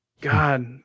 god